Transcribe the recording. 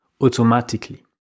automatically